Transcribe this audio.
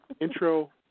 intro